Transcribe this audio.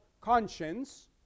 conscience